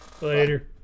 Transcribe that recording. Later